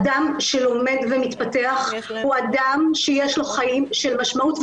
אדם שלומד ומתפתח הוא אדם שיש לו חיים של משמעות,